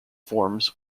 forms